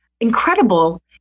Incredible